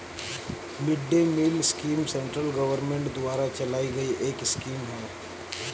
mid day meal scheme central government द्वारा चलाई गई एक स्कीम है